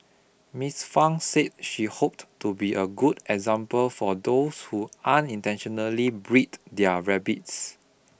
Miss Fang said she hoped to be a good example for those who unintentionally breed their rabbits